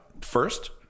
first